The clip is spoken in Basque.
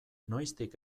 noiztik